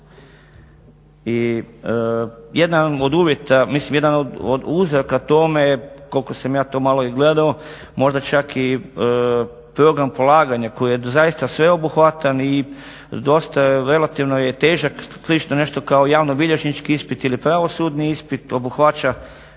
i jedan od uzroka tome je, koliko sam ja to malo gledao, možda čak i program polaganja koji je zaista sveobuhvatan i relativno je težak, slično nešto kao javnobilježnički ispit ili pravosudni ispit, obuhvaća